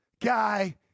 guy